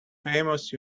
famous